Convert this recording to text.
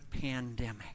pandemic